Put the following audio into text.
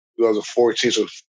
2014